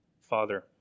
Father